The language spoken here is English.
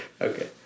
Okay